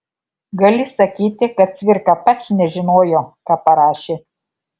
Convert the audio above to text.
gali sakyti kad cvirka pats nežinojo ką parašė